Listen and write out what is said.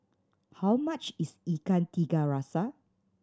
how much is Ikan Tiga Rasa